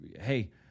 hey